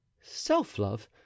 self-love